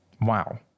Wow